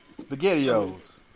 Spaghettios